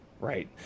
right